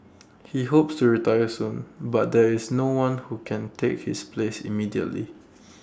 he hopes to retire soon but there is no one who can take his place immediately